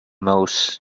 most